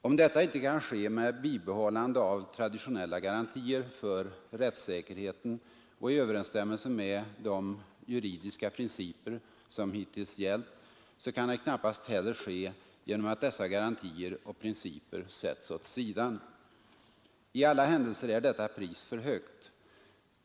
Om detta inte kan ske med bibehållande av traditionella garantier för rättssäkerheten och i överensstämmelse med de juridiska principer som hittills gällt, kan det knappast heller ske genom att dessa garantier och principer sätts åt sidan. I alla händelser är detta pris för högt.